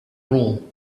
all